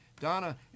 Donna